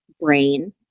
brain